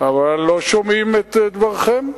אבל לא שומעים את דבריכם.